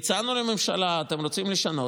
והצענו לממשלה: אתם רוצים לשנות?